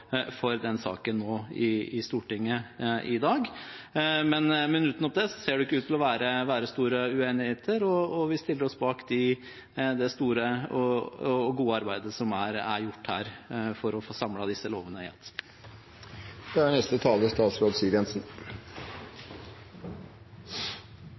for denne saken i Stortinget nå i dag. Men bortsett fra det ser det ikke ut til å være store uenigheter, og vi stiller oss bak det store og gode arbeidet som er gjort her for å få samlet disse lovene under ett. La meg begynne med å si at jeg er